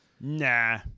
Nah